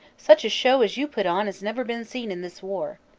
such a show as you put on has never been seen in this war.